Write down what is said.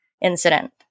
incident